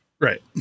Right